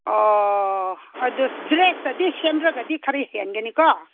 ꯑꯣ ꯑꯗꯨ ꯗꯔꯦꯁꯇꯗꯤ ꯁꯦꯝꯂꯒꯗꯤ ꯈꯔ ꯍꯦꯟꯒꯅꯤꯀꯣ